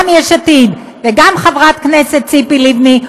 גם יש עתיד וגם חברת הכנסת ציפי לבני,